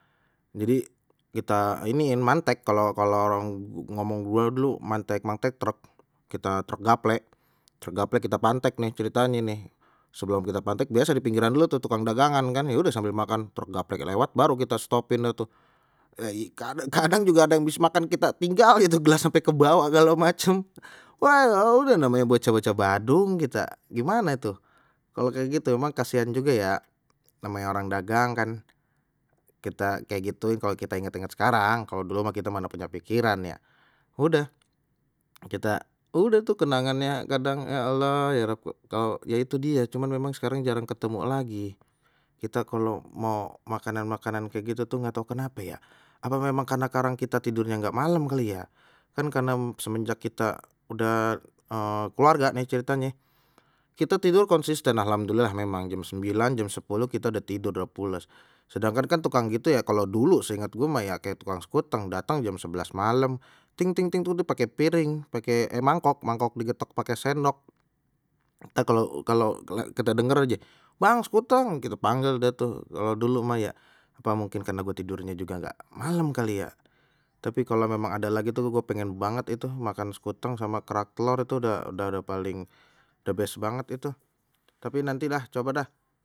Jadi kita iniin mantek kalau kalau ngomong dulu mantek, mantek truk kita truk gaplek, truk gaplek kita pantek nih ceritanye nih. Sebelum kita pantek biasa di pinggiran dulu tuh tukang dagangan kan ya udah sambil makan truk gaplek lewat baru kita stop-in dah tu, kadang-kadang ada yang habis makan kita tinggalin tuh gelas sampai ke bawa segala macem, namanye bocah-bocah badung kita, gimana itu kalau kayak gitu emang kasihan juga ya namanya orang dagang kan kita kayak gitu kalau kita ingat-ingat sekarang, kalau dulu mah kita mah mana punya pikiran ya udah, kita udah tu kenangannya kadang ya allah ya rabb, kalau ya itu die cuman memang sekarang jarang ketemu lagi, kita kalau mau makanan-makanan kayak gitu tuh nggak tahu kenapa ya apa memang karena karang kita tidurnya nggak malam kali ya, kan karena semenjak kita udah keluarga nih ceritanye, kita tidur konsisten alhamdulillah memang jam sembilan jam sepuluh kita udah tidur pulas sedangkan tukang gitu ya kalau dulu seinget gua mah ya kayak tukang sekuteng datang jam sebelas malam ting ting ting pakek piring pakek mangkok, mangkok digetok pake sendok ntar kalau kalau kita denger aje, bang sekuteng kita panggil dah tu kalau dulu mah ya apa mungkin karena gue tidurnya juga nggak malem kali ya tapi kalau memang ada lagi tuh gue pengen banget itu makan sekuteng sama kerak telor itu udah udah paling the best banget itu tapi nanti lah coba dah.